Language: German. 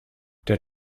der